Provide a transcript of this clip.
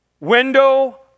Window